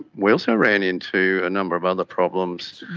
we also ran into a number of other problems,